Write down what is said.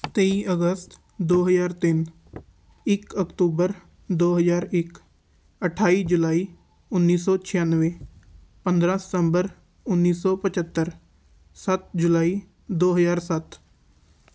ਤੇਈ ਅਗਸਤ ਦੋ ਹਜ਼ਾਰ ਤਿੰਨ ਇੱਕ ਅਕਤੂਬਰ ਦੋ ਹਜ਼ਾਰ ਇੱਕ ਅਠਾਈ ਜੁਲਾਈ ਉੱਨੀ ਸੌ ਛਿਆਨਵੇਂ ਪੰਦਰਾਂ ਸਤੰਬਰ ਉੱਨੀ ਸੌ ਪੰਝੱਤਰ ਸੱਤ ਜੁਲਾਈ ਦੋ ਹਜ਼ਾਰ ਸੱਤ